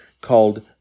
called